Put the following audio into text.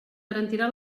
garantirà